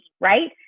right